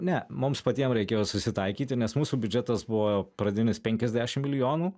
ne mums patiem reikėjo susitaikyti nes mūsų biudžetas buvo pradinis penkiasdešim milijonų